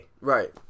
Right